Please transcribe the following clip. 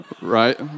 right